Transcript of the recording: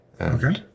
Okay